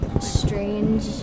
strange